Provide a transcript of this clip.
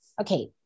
okay